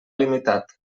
limitat